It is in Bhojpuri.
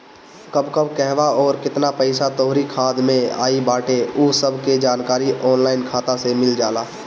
कब कब कहवा अउरी केतना पईसा तोहरी खाता में आई बाटे उ सब के जानकारी ऑनलाइन खाता से मिल जाला